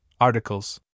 articles